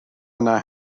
yna